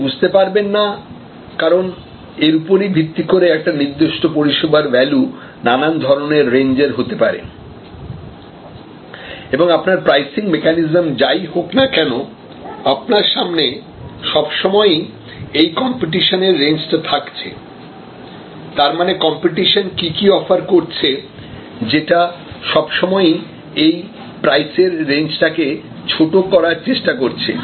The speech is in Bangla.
আপনি বুঝতে পারবেন না কারণ এর উপর ভিত্তি করেই একটা নির্দিষ্ট পরিষেবার ভ্যালু নানান ধরনের রেঞ্জ এর হতে পারে এবং আপনার প্রাইসিং মেকানিজম যাই হোক না কেন আপনার সামনে সবসময়ই এই কম্পিটিশনের রেঞ্জটা থাকছে তারমানে কম্পিটিশন কি কি অফার করছে যেটা সবসময়ই এই প্রাইস এর রেঞ্জটাকে ছোট করার চেষ্টা করছে